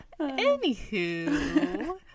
anywho